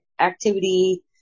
activity